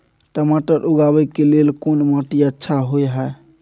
टमाटर उगाबै के लेल कोन माटी अच्छा होय है?